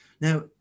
Now